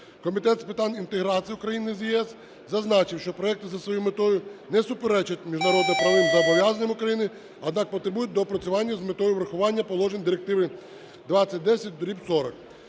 Комітет з питань інтеграції України з ЄС зазначив, що проект за своєю метою не суперечить міжнародно-правовим зобов'язанням України, однак потребує доопрацювання з метою врахування положень Директиви 2010/40